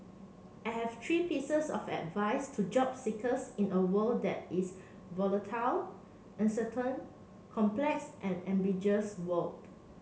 I have three pieces of advice to job seekers in a world that is volatile uncertain complex and ambiguous world